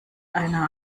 einer